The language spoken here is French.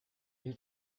une